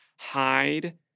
hide